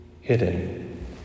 hidden